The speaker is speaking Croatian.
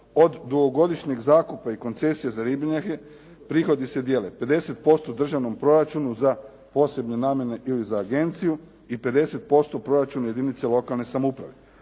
Od dugogodišnjeg zakupa i koncesije za ribnjake, prihodi se dijele 50% državnom proračunu za posebne namjene ili za agenciju i 50% proračuna jedinicama lokalne samouprave.